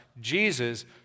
Jesus